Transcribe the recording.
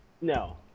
No